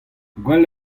gwell